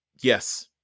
yes